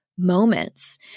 Moments